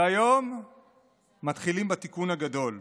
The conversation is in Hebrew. והיום מתחילים בתיקון הגדול.